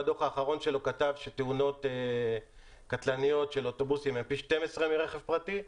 בדוח האחרון שלו כתב שתאונות קטלניות של אוטובוסים הן פי 12 מרכב פרטי,